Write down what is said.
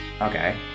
Okay